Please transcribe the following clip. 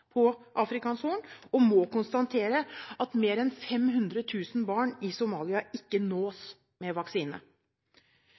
på bl.a. Afrikas Horn, og man må konstatere at mer enn 500 000 barn i Somalia ikke nås